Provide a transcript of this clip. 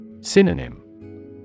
Synonym